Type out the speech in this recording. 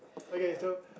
okay so